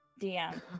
DM